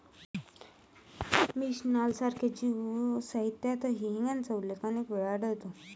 Mishnah सारख्या Jew साहित्यातही हिंगाचा उल्लेख अनेक वेळा आढळतो